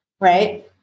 Right